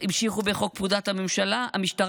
המשיכו בחוק פקודת המשטרה,